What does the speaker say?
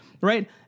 Right